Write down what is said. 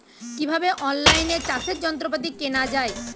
কিভাবে অন লাইনে চাষের যন্ত্রপাতি কেনা য়ায়?